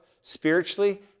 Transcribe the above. spiritually